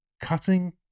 cutting